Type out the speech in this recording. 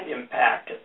impact